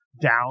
down